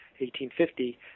1850